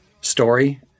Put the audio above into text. story